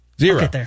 Zero